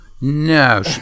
No